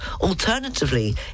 Alternatively